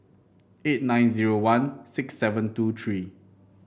eight nine zero one six seven two three